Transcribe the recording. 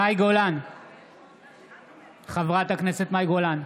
נגד איתן גינזבורג, בעד יואב גלנט,